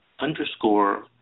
underscore